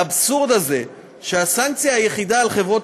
האבסורד הזה שהסנקציה היחידה על חברות